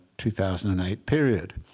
two thousand and eight period.